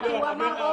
כי הוא אמר "או-או".